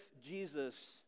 Jesus